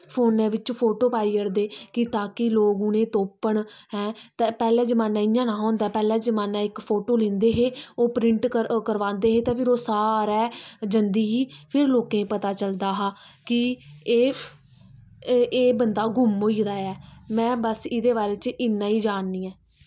फोनै बिच्च फोटो पाई ओड़दे कि ताकि लोग उ'नेंगी तुप्पन ऐं ते पैह्लै जमान्नै इयां नेईं ही होंदा पैह्लें जमान्ने इक फोटो लेंदे हे ओह् प्रिंट करवांदे हे ते ओह् फिर सारै जंदी ही फिर लोकें गी पता चलदी ही कि एह् एह् बंदा गुम होई गेदा ऐ में बस एह्दे बारे च इन्ना ई जाननी आं